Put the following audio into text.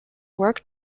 work